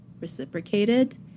reciprocated